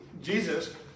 Jesus